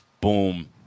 boom